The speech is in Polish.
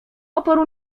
oporu